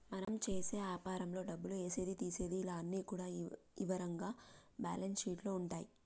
మనం చేసే యాపారంలో డబ్బులు ఏసేది తీసేది ఇలా అన్ని కూడా ఇవరంగా బ్యేలన్స్ షీట్ లో ఉంటాయి